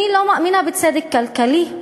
אני לא מאמינה בצדק כלכלי.